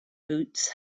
boots